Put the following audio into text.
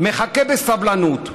מחכה בסבלנות,